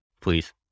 please